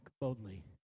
boldly